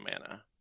Mana